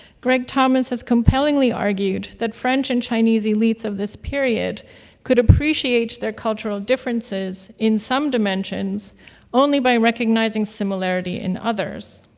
greg thomas has compellingly argued that french and chinese elites of this period could appreciate their cultural differences in some dimensions only by recognizing similarity in others.